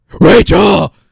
Rachel